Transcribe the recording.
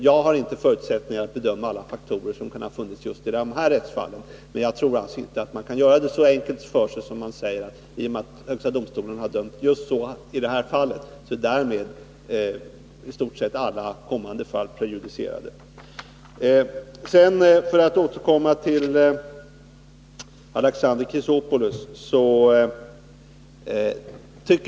Jag har inte förutsättningar att bedöma alla faktorer som kan ha funnits i de här rättsfallen, men jag tror alltså inte att man kan göra det så enkelt för sig som att säga att bara därför att högsta domstolen har dömt på det här sättet har det blivit prejudikat för i stort sett alla kommande fall. Sedan till Alexander Chrisopoulos.